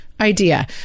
idea